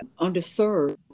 underserved